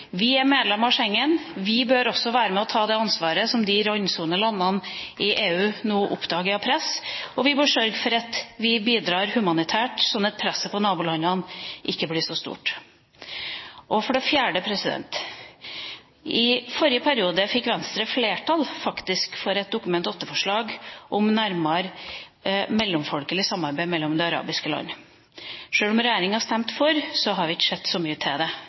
Vi er medlem av Schengen. Vi bør også være med og ta ansvaret for det presset som randsonelandene i EU nå opplever, og vi må sørge for at vi bidrar humanitært sånn at presset på nabolandene ikke blir så stort. For det fjerde: I forrige periode fikk Venstre faktisk flertall for et Dokument nr. 8-forslag om nærmere mellomfolkelig samarbeid mellom de arabiske land. Sjøl om regjeringspartiene stemte for, har vi ikke sett så mye til det.